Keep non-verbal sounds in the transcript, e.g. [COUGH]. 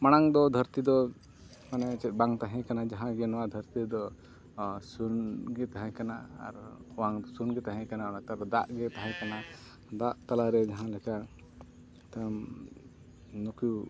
ᱢᱟᱲᱟᱝ ᱫᱚ ᱫᱷᱟᱹᱨᱛᱤ ᱫᱚ ᱢᱟᱱᱮ ᱪᱮᱫ ᱵᱟᱝ ᱛᱟᱦᱮᱸ ᱠᱟᱱᱟ ᱡᱟᱦᱟᱸ ᱜᱮ ᱱᱚᱣᱟ ᱫᱷᱟᱹᱨᱛᱤ ᱫᱚ ᱥᱩᱱ ᱜᱮ ᱛᱟᱦᱮᱸ ᱠᱟᱱᱟ ᱟᱨ ᱚᱣᱟᱝ ᱥᱩᱱ ᱜᱮ ᱛᱟᱦᱮᱸ ᱠᱟᱱᱟ ᱚᱱᱟᱛᱮ ᱟᱫᱚ ᱫᱟᱜ ᱜᱮ ᱛᱟᱦᱮᱸ ᱠᱟᱱᱟ ᱫᱟᱜ ᱛᱟᱞᱟ ᱨᱮ ᱡᱟᱦᱟᱸ ᱞᱮᱠᱟ [UNINTELLIGIBLE] ᱩᱱᱠᱩ